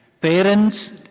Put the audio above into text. Parents